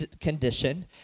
condition